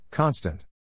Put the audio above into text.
Constant